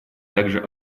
также